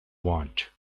want